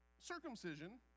circumcision